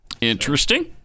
Interesting